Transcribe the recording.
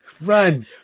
Run